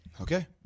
Okay